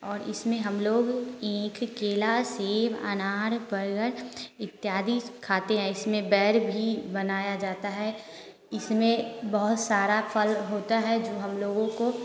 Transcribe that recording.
और इसमें हम लोग ईंख केला सेब अनार इत्यादि खाते हैं इसमें बैर भी बनाया जाता है इसमें बहुत सारा फल होता है जो हम लोगों को